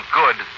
good